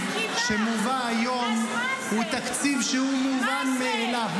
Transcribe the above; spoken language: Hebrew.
שמובא היום הוא תקציב שהוא מובן מאליו.